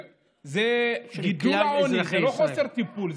זה גידול העוני, זה לא חוסר טיפול.